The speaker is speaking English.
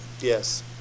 Yes